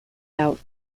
out